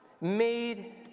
made